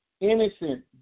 Innocent